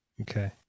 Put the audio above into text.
Okay